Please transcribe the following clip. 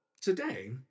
today